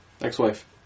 ex-wife